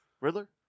Riddler